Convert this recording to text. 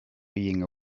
being